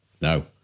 No